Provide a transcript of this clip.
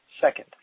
Second